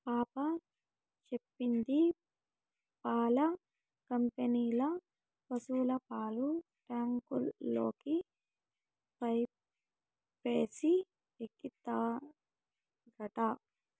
పాప చెప్పింది పాల కంపెనీల పశుల పాలు ట్యాంకుల్లోకి పైపేసి ఎక్కిత్తారట